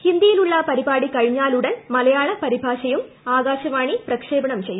ഹിന്ദിയിലുള്ള പരിപാടി കഴിഞ്ഞാലുടൻ മലയാള പരിഭാഷയും ആകാശവാണി പ്രക്ഷേപണം ചെയ്യും